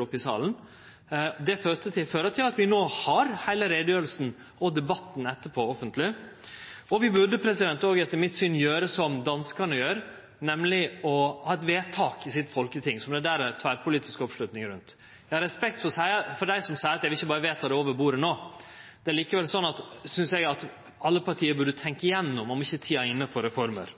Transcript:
opp i salen. Det førte til at vi no har heile utgreiinga og debatten etterpå offentleg. Vi burde òg, etter mitt syn, gjere som danskane, dei har nemleg eit vedtak i sitt folketing som det der er tverrpolitisk oppslutnad rundt. Eg har respekt for dei som seier at vi ikkje berre vil vedta det over bordet nå, men eg synest likevel at alle parti burde tenkje gjennom om ikkje tida er inne for reformer.